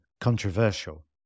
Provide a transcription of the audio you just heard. controversial